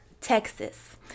Texas